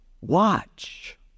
watch